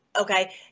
Okay